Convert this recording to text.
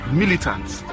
militants